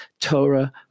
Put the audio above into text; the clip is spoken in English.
Torah